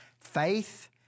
faith